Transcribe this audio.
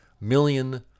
million